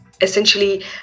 essentially